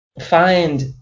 find